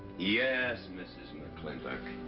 yes, mrs. mclintock.